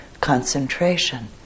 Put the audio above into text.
Concentration